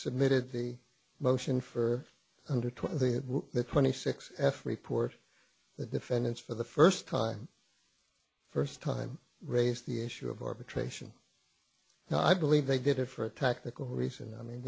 submitted the motion for under twelve the twenty six f report the defendants for the first time first time raised the issue of arbitration now i believe they did it for a tactical reason i mean